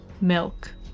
milk